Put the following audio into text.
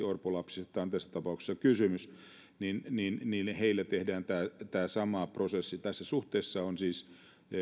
orpolapsista on tässä tapauksessa kysymys heille heille tehdään tämä sama prosessi tässä suhteessa on siis